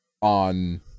on